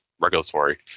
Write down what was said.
regulatory